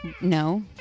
No